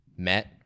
Met